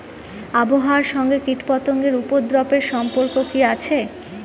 আবহাওয়ার সঙ্গে কীটপতঙ্গের উপদ্রব এর সম্পর্ক কি আছে?